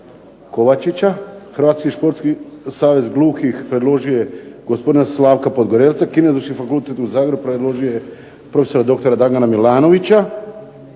Hrvatski športski savez gluhih predložio je gospodina Slavka Podgorelca. Kineziološki fakultet u Zagrebu predložio je prof. dr. Damjana Milanovića,